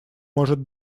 может